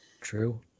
True